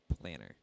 Planner